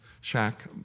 shack